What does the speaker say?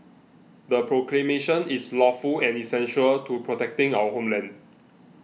the proclamation is lawful and essential to protecting our homeland